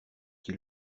qui